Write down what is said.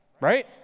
Right